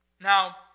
Now